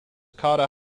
cotta